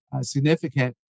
significant